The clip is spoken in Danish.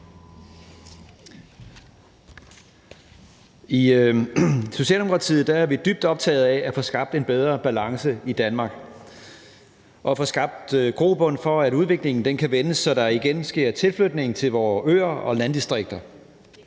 I Socialdemokratiet er vi dybt optaget af at få skabt en bedre balance i Danmark og få skabt grobund for, at udviklingen kan vendes, så der igen sker tilflytning til vore øer og landdistrikter.